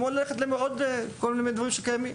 כמו ללכת לכל מיני דברים אחרים שקיימים